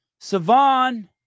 Savon